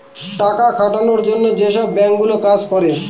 টাকা খাটানোর জন্য যেসব বাঙ্ক গুলো কাজ করে